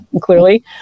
clearly